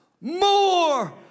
more